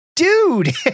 Dude